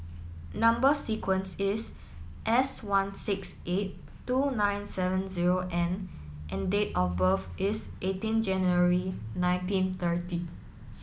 number sequence is S one six eight two nine seven zero N and date of birth is eighteen January nineteen thirty